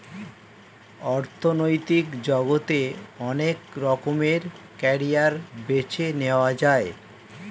অর্থনৈতিক জগতে অনেক রকমের ক্যারিয়ার বেছে নেয়া যায়